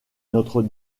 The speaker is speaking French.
notre